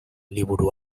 liburu